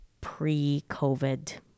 pre-covid